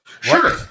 Sure